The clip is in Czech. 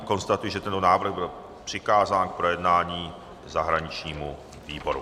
Konstatuji, že tento návrh byl přikázán k projednání zahraničnímu výboru.